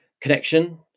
connection